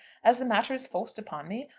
as the matter is forced upon me,